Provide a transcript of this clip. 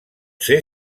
ser